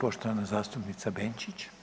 poštovana zastupnica Benčić.